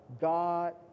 God